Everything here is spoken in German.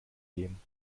gehen